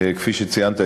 כפי שציינת,